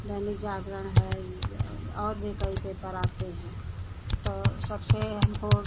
दैनिक जागरण है और भी कई पेपर आते हैं तो सबसे हमको